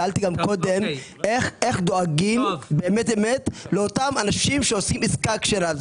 שאלתי קודם איך דואגים לאותם אנשים שעושים עסקה כשרה.